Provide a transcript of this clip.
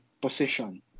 position